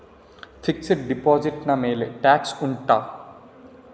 fixed deposit ನ ಮೇಲೆ tax ಉಂಟಾ